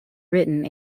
written